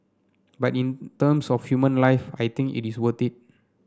but in terms of human life I think it is worth it